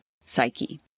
psyche